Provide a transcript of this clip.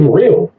real